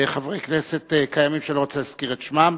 וחברי כנסת קיימים שאני לא רוצה להזכיר את שמם,